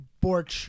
Borch